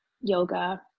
yoga